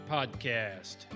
Podcast